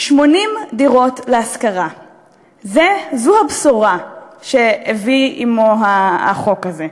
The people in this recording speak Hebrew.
80 דירות להשכרה, זו הבשורה שהביא עמו החוק הזה.